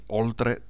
oltre